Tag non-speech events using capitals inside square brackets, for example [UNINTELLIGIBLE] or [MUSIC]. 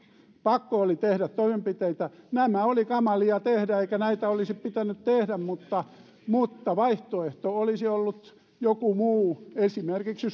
pakko oli tehdä toimenpiteitä nämä olivat kamalia tehdä eikä näitä olisi pitänyt tehdä mutta mutta vaihtoehto olisi ollut joku muu esimerkiksi [UNINTELLIGIBLE]